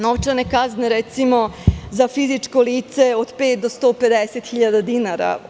Novčane kazne za fizičko lice od pet do 150 hiljada dinara.